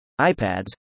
iPads